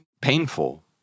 painful